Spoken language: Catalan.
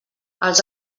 els